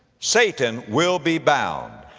satan will be bound.